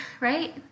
right